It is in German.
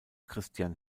christian